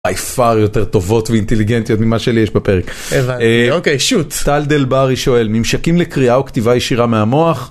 "by far" יותר טובות ואינטליגנטיות ממה שלי יש בפרק - אוקיי שוט - טלדל ברי שואל ממשיכים לקריאה וכתיבה ישירה מהמוח.